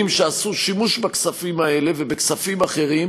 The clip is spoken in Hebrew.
שעשו שימוש בכספים האלה ובכספים אחרים,